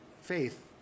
faith